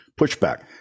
pushback